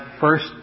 first